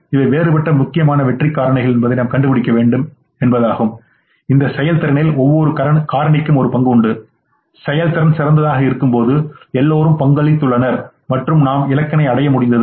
இவை வேறுபட்ட முக்கியமான வெற்றிக் காரணிகள் என்பதை நாம் கண்டுபிடிக்க வேண்டும் என்பதாகும் இந்த செயல்திறனில் ஒவ்வொரு காரணிக்கும் ஒரு பங்கு உண்டு செயல்திறன் சிறந்ததாக இருக்கும்போது எல்லோரும் பங்களித்துள்ளனர் மற்றும் நாம் இலக்கினை அடைய முடிந்தது